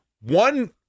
one